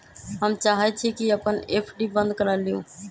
हम चाहई छी कि अपन एफ.डी बंद करा लिउ